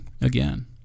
again